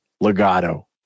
legato